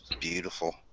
beautiful